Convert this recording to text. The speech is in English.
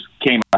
came